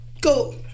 go